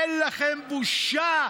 אין לכם בושה.